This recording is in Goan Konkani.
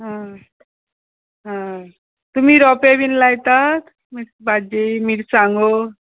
हां हां तुमी रोंपे बीन लायतात भाजी मिरसांगो